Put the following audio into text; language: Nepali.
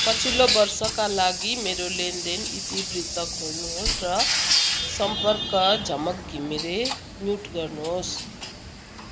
पछिल्लो वर्षका लागि मेरो लेनदेन इतिवृत्त खोल्नुहोस् र सम्पर्क झमक घिमिरे म्युट गर्नुहोस्